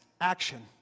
action